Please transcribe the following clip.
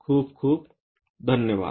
खूप खूप धन्यवाद